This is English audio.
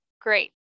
great